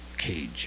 cage